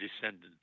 descendant